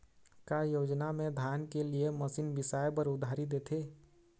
का योजना मे धान के लिए मशीन बिसाए बर उधारी देथे?